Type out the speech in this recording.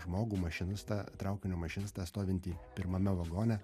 žmogų mašinistą traukinio mašinistą stovintį pirmame vagone